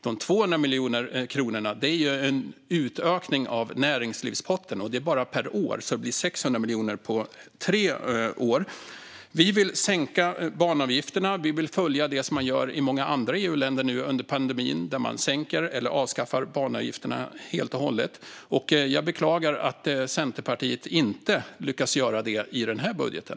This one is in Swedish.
De 200 miljoner kronorna är en utökning av näringslivspotten, och det är bara per år, så det blir 600 miljoner på tre år. Vi vill sänka banavgifterna. Vi vill följa det som man gör i många andra EU-länder nu under pandemin, där man sänker eller avskaffar banavgifterna helt och hållet. Jag beklagar att Centerpartiet inte lyckas göra det i den här budgeten.